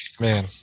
man